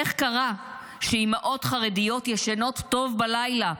איך קרה שאימהות חרדיות ישנות טוב בלילה,